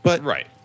Right